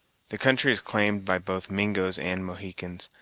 the country is claimed by both mingos and mohicans,